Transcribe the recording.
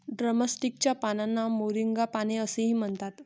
drumstick च्या पानांना moringa पाने असेही म्हणतात